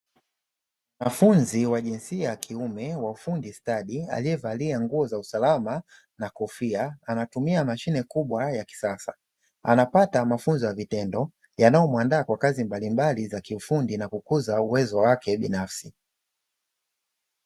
Mwanafunzi wa jinsia ya kiume wa ufundi stadi aliyevalia nguo za usalama na kofia, anatumia mashine kubwa ya kisasa. Anapata mafunzo ya vitendo yanayomwandaa kwa kazi mbalimbali za kiufundi na kukuza uwezo wake binafsi.